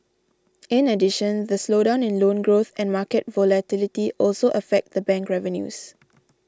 in addition the slowdown in loan growth and market volatility also affect the bank revenues